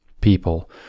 people